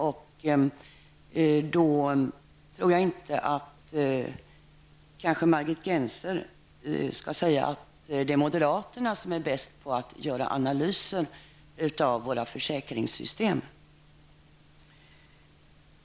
Därför tror jag inte att Margit Gennser skall säga att moderaterna är bäst på att göra analyser av våra försäkringssystem.